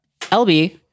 LB